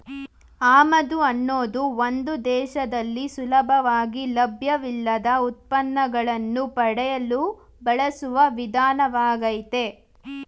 ಆಮದು ಅನ್ನೋದು ಒಂದು ದೇಶದಲ್ಲಿ ಸುಲಭವಾಗಿ ಲಭ್ಯವಿಲ್ಲದ ಉತ್ಪನ್ನಗಳನ್ನು ಪಡೆಯಲು ಬಳಸುವ ವಿಧಾನವಾಗಯ್ತೆ